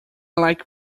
like